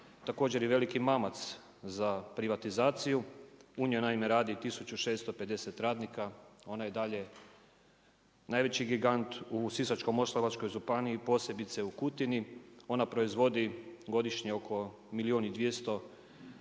također i veliki mamac za privatizaciju, u njoj naime radi 1650 radnika, ona je i dalje najveći gigant u Sisačko-moslavačkoj županiji, posebice u Kutini, ona proizvodi godišnje oko milijun